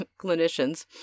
clinicians